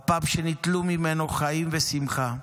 הפאב שניטלו ממנו חיים ושמחה,